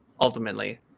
ultimately